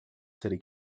city